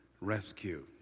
rescue